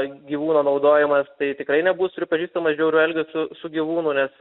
gyvūno naudojimas tai tikrai nebus pripažįstamas žiauriu elgesiu su gyvūnu nes